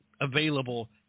available